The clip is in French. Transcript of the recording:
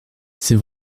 c’est